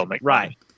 right